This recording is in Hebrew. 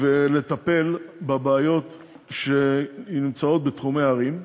ולטפל בבעיות שנמצאות בתחומי הערים.